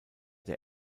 der